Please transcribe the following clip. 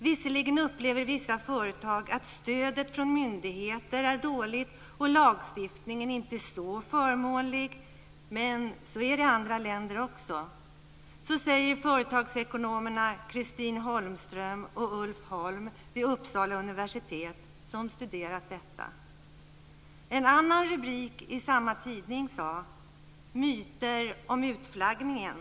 Visserligen upplever vissa företag att stödet från myndigheter är dåligt och lagstiftningen inte så förmånlig - men så är det i andra länder också. Så säger företagsekonomerna Christine Holmström och Ulf Holm vid Uppsala universitet, som har studerat detta. En annan rubrik i samma tidning lyder: "Myter om utflaggningen".